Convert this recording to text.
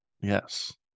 Yes